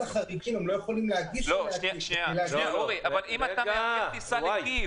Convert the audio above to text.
חריגים לא יכולים להגיש --- אם אתה מארגן טיסה לקייב